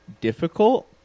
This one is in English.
Difficult